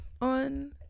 on